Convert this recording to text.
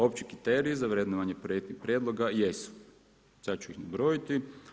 Opći kriteriji za vrednovanje projektnih prijedloga jesu, sad ću ih nabrojati.